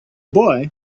boy